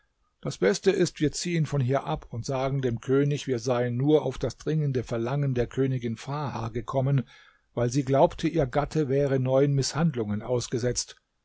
das beste ist wir ziehen von hier ab und sagen dem könig wir seien nur auf das dringende verlangen der königin farha gekommen weil sie glaubte ihr gatte wäre neuen mißhandlungen ausgesetzt